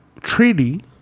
Treaty